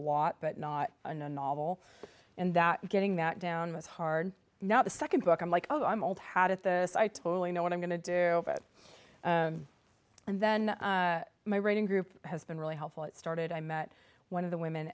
lot but not in a novel and that getting that down was her now the second book i'm like oh i'm old had at the so i totally know what i'm going to do over it and then my writing group has been really helpful it started i met one of the women